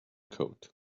coat